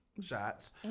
Shots